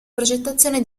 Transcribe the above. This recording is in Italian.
progettazione